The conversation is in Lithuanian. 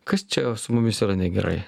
kas čia su mumis yra negerai